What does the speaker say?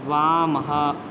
वामः